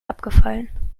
abgefallen